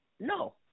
No